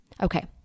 Okay